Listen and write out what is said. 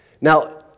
Now